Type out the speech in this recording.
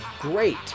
great